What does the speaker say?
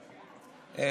מפתיע.